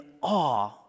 awe